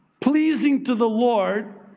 pleasing to the lord,